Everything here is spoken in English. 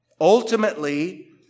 ultimately